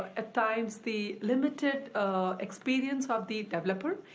at times, the limited experience of the developer.